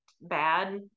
bad